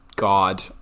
God